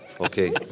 Okay